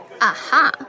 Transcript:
Aha